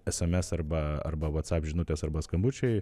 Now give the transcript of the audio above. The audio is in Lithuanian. sms arba arba vatsap žinutės arba skambučiai